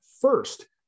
first